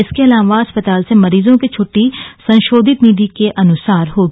इसके अलावा अस्पताल से मरीजों की छुट्टी संशोधित नीति के अनुसार होगी